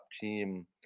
team